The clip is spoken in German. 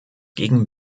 gegen